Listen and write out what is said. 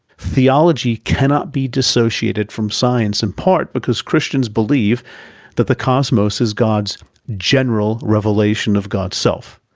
theology cannot be dissociated from science, in part because christians believe that the cosmos is god's general revelation of god's self.